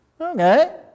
Okay